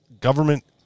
government